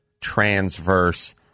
transverse